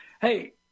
hey –